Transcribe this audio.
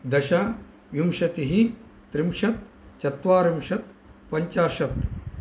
दश विंशतिः त्रिंशत् चत्वारिंशत् पञ्चाशत्